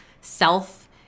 self